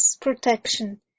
protection